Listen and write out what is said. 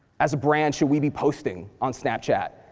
as a brand, should we be posting on snapchat,